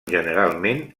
generalment